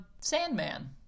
Sandman